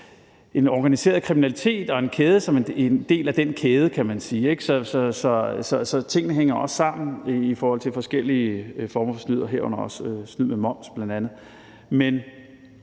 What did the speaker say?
en organiseret kriminalitet og er en del af den kæde, kan man sige, så tingene hænger også sammen i forhold til forskellige former for snyd og herunder også snyd med moms bl.a.